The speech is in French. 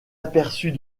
aperçut